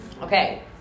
Okay